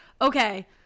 Okay